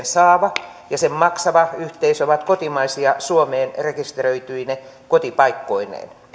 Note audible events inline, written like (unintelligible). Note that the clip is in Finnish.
(unintelligible) saava ja sen maksava yhteisö ovat kotimaisia suomeen rekisteröityine kotipaikkoineen